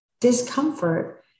discomfort